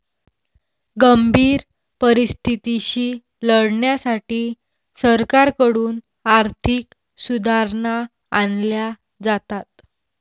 गंभीर परिस्थितीशी लढण्यासाठी सरकारकडून आर्थिक सुधारणा आणल्या जातात